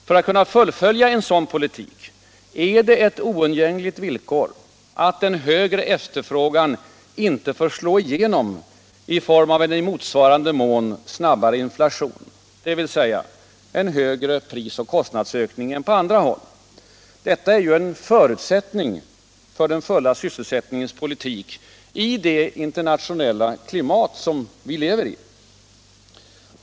För att kunna fullfölja en sådan politik är det ett oundgängligt villkor att den högre efterfrågan inte får slå igenom i form av en i motsvarande grad snabbare inflation, dvs. en högre pris och kostnadsökning, än på andra håll. Detta är en förutsättning för den fulla sysselsättningens politik i det internationella ekonomiska klimat som vi lever i.